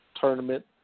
tournament